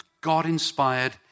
God-inspired